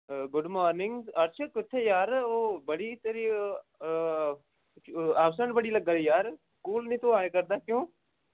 good morning Arsh कुत्थें यार बड़ी तेरी आवसैंट बड़ी लग्गा दी यार स्कूल निं तूं आए करदा क्यों